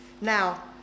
Now